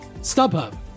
StubHub